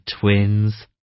Twins